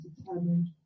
determined